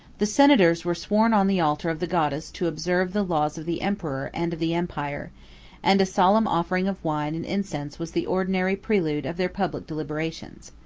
the senators were sworn on the altar of the goddess to observe the laws of the emperor and of the empire and a solemn offering of wine and incense was the ordinary prelude of their public deliberations.